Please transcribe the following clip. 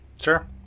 Sure